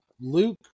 Luke